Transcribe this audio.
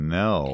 no